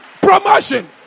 promotion